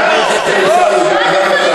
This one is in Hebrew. אל תגיד לי לשתוק.